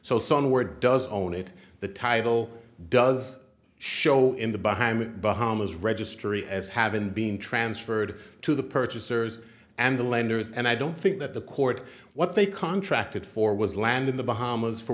where does own it the title does show in the behind the bummers registry as having been transferred to the purchasers and the lenders and i don't think that the court what they contracted for was land in the bahamas for